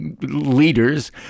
leaders